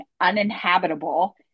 uninhabitable